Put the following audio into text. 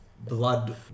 Blood